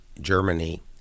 Germany